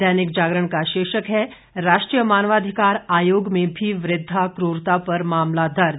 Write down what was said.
दैनिक जागरण का शीर्षक है राष्ट्रीय मानवाधिकार आयोग में भी वृद्धा कूरता पर मामला दर्ज